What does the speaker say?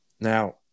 Now